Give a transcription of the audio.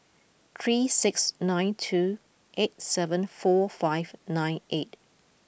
three six nine two eight seven four five nine eight